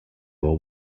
were